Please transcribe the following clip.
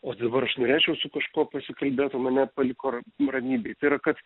o dabar aš norėčiau su kažkuo pasikalbėt o mane paliko ram ramybėj tai yra kad